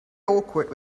awkward